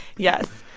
yes.